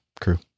crew